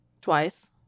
twice